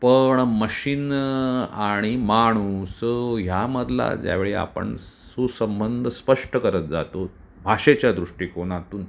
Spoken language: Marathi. पण मशीन्न आणि माणूसं ह्यामधला ज्यावेळी आपण सुसंबंध स्पष्ट करत जातो भाषेच्या दृष्टिकोनातून